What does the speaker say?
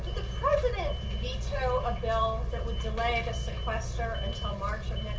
president veto a bill that would delay the sequester until march